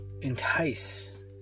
Entice